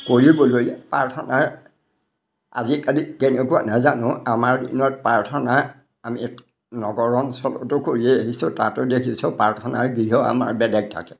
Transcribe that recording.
কৰিবলৈ প্ৰাৰ্থনাৰ আজিকালি কেনেকুৱা নাজানো আমাৰ দিনত প্ৰাৰ্থনা আমি নগৰ অঞ্চলতো কৰি আহিছোঁ তাতো দেখিছোঁ প্ৰাৰ্থনাৰ গৃহ আমাৰ বেলেগ থাকে